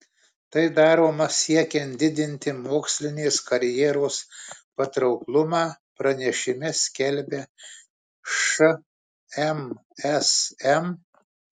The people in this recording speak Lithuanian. tai daroma siekiant didinti mokslinės karjeros patrauklumą pranešime skelbia šmsm